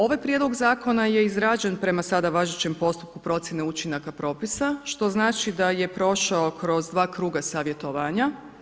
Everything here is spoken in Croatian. Ovaj prijedlog zakona je izrađen prema sada važećem postupku procjene učinaka propisa što znači da je prošao kroz dva kruga savjetovanja.